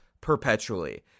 perpetually